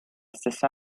stessa